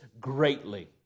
greatly